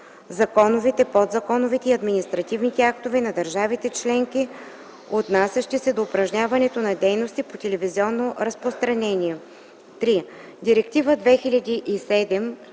законовите, подзаконовите и административните актове на държавите членки, отнасящи се до упражняването на дейностите по телевизионно разпространение;